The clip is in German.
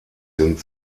sind